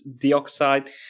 dioxide